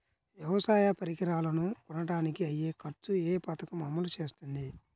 వ్యవసాయ పరికరాలను కొనడానికి అయ్యే ఖర్చు ఏ పదకము అమలు చేస్తుంది?